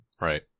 Right